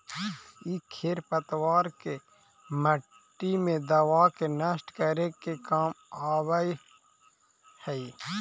इ खेर पतवार के मट्टी मे दबा के नष्ट करे के काम आवऽ हई